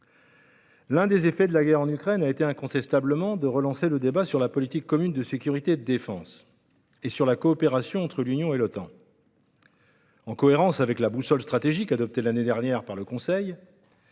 l'un des effets de la guerre en Ukraine a été de relancer le débat sur la politique commune de sécurité et de défense et sur la coopération entre l'Union européenne et l'Otan. En cohérence avec la boussole stratégique, adoptée l'année dernière par le Conseil